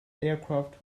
aircraft